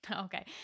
Okay